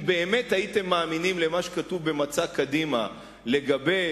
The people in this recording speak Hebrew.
אם באמת הייתם מאמינים במה שכתוב במצע קדימה לגבי